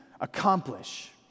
accomplish